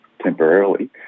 temporarily